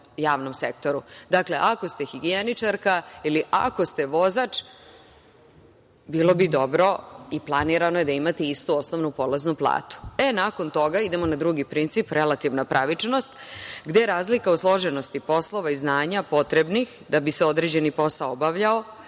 Dakle, ako ste higijeničarka ili ako ste vozač, bilo bi dobro i planirano je da imate istu osnovnu polaznu platu. Nakon toga, idemo na drugi princip - relativna pravičnost, gde je razlika o složenosti poslova i znanja potrebnih da bi se određeni posao obavljao